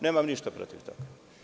Nemam ništa protiv toga.